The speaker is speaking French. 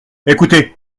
écoutez